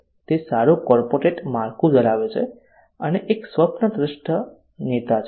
તે સારું કોર્પોરેટ માળખું ધરાવે છે અને એક સ્વપ્નદ્રષ્ટા નેતા છે